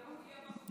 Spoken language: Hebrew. וזה מופיע בחוק,